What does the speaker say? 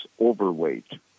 overweight